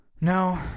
No